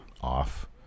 Off